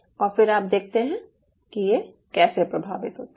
और फिर आप देखते हैं कि ये कैसे प्रभावित होता है